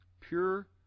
pure